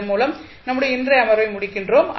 இதன் மூலம் நம்முடைய இன்றைய அமர்வை முடிக்கின்றோம்